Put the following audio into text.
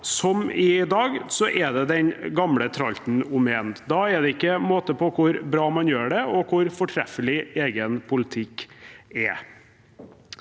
som i dag, er det den gamle tralten om igjen. Da er det ikke måte på hvor bra man gjør det, og hvor fortreffelig egen politikk er.